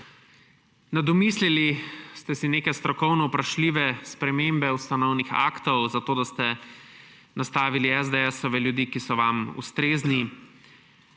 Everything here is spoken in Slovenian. Domislili ste se neke strokovno vprašljive spremembe ustanovnih aktov, zato da ste nastavili ljudi SDS, ki so vam ustrezni.